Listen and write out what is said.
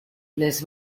les